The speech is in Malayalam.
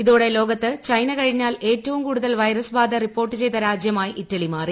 ഇതോടെ ലോകത്ത് ചൈന കഴിഞ്ഞാൽ ഏറ്റവും കൂടുതൽ വൈറസ് ബാധ റിപ്പോർട്ട് ചെയ്ത രാജ്യമായി ഇറ്റലി മാറി